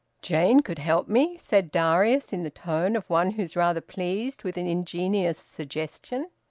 jane could help me, said darius, in the tone of one who is rather pleased with an ingenious suggestion.